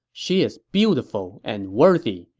she is beautiful and worthy,